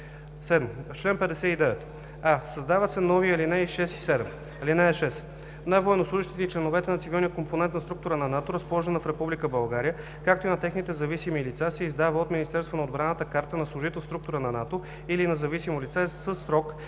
7. В чл. 59: а) създават се нови ал. 6 и 7: „(6) На военнослужещите и членовете на цивилния компонент на структура на НАТО, разположена в Република България, както и на техните зависими лица се издава от Министерството на отбраната карта на служител в структура на НАТО или на зависимо лице със срок на